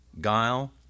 guile